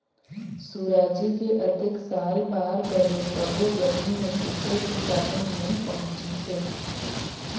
सुराजी के अतेक साल बार घलो सब्बो जघा मे सिंचई के साधन नइ पहुंचिसे